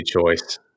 choice